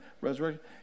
resurrection